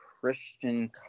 Christian